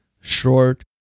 short